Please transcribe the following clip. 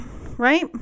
right